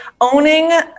owning